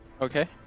Okay